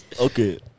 okay